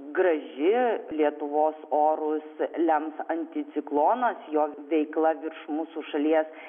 graži lietuvos orus lems anticiklonas jo veikla virš mūsų šalies